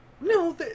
No